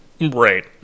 Right